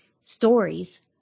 stories